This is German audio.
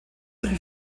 rief